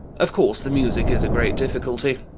of course the music is a great difficulty.